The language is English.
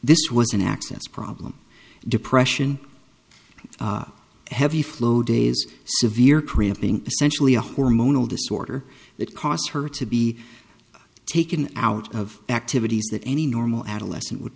this was an access problem depression heavy flow days severe crimping essentially a hormonal disorder that caused her to be taken out of activities that any normal adolescent would